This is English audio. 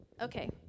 Okay